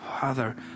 Father